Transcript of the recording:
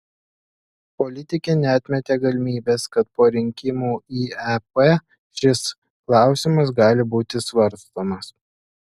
politikė neatmetė galimybės kad po rinkimų į ep šis klausimas gali būti svarstomas